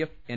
F N